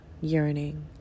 yearning